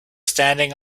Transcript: standing